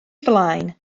flaen